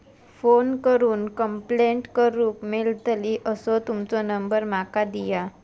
Phone करून complaint करूक मेलतली असो तुमचो नंबर माका दिया?